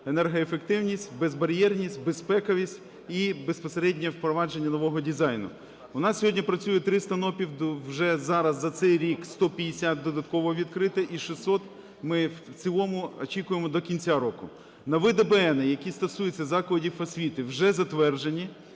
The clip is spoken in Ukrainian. енергоефективність, безбар'єрність, безпековість і безпосереднє впровадження нового дизайну. У нас сьогодні працює 300 НОПів. Вже зараз за цей рік 150 додатково відкриті, і 600 ми в цілому очікуємо до кінця року. Нові ДБН, які стосуються закладів освіти, вже затверджені,